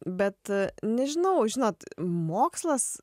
bet nežinau žinot mokslas